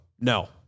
no